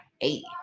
Eight